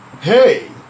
hey